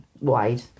wide